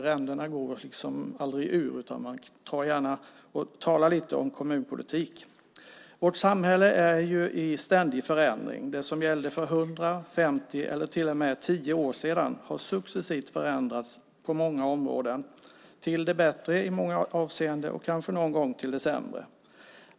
Ränderna går liksom aldrig ur, utan man talar gärna lite om kommunpolitik. Vårt samhälle är i ständig förändring. Det som gällde för 100, 50 eller till och med 10 år sedan har successivt förändrats på många områden, till det bättre i många avseenden och kanske någon gång till det sämre.